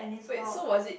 wait so was it